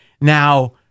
Now